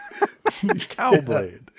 Cowblade